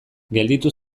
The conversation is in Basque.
gelditu